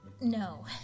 no